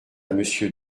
monsieur